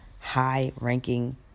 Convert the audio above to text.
high-ranking